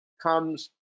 comes